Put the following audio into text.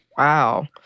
Wow